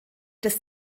des